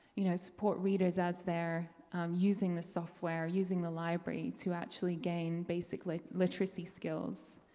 you know support readers as they're using the software, using the library to actually gain basically literacy skills.